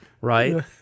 right